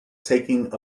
taking